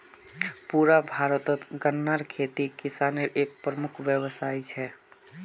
पुरा भारतत गन्नार खेती किसानेर एक प्रमुख व्यवसाय छे